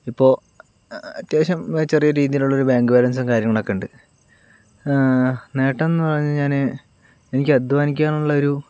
ഇപ്പോൾ അത്യാവശ്യം ചെറിയ രീതിയിലുള്ള ഒരു ബാങ്ക് ബാലൻസും കാര്യങ്ങളൊക്കെ ഉണ്ട് നേട്ടമെന്ന് പറഞ്ഞുകഴിഞ്ഞാല് എനിക്ക് അദ്ധ്വാനിക്കാനുള്ളൊരു